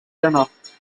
gannat